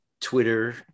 Twitter